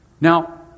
Now